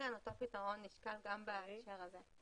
אכן אותו פתרון נזכר גם בעניין הזה.